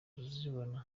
kuzibona